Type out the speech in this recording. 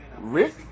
Rick